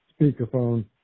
speakerphone